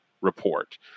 Report